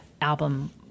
album